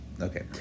Okay